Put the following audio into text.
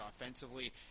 offensively